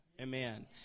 Amen